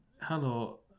Hello